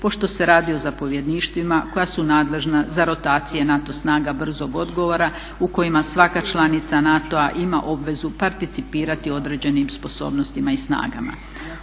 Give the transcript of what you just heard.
pošto se radi o zapovjedništvima koja su nadležna za rotacije NATO snaga brzog odgovora u kojima svaka članica NATO-a ima obvezu participirati u određenim sposobnostima i snagama.